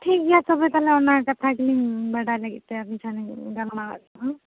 ᱴᱷᱤᱠ ᱜᱮᱭᱟ ᱛᱚᱵᱮ ᱛᱟᱦᱚᱞᱮ ᱚᱱᱟ ᱠᱟᱛᱷᱟ ᱜᱮᱞᱤᱧ ᱵᱟᱰᱟᱭ ᱞᱟᱹᱜᱤᱫ ᱛᱮ ᱟᱞᱤᱧ ᱥᱟᱞᱟᱜ ᱞᱤᱧ ᱜᱟᱞ ᱢᱟᱨᱟᱜ ᱠᱟᱱᱟ